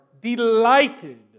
delighted